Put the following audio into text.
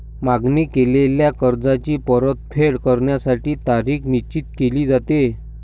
मागणी केलेल्या कर्जाची परतफेड करण्यासाठी तारीख निश्चित केली जाते